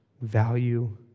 value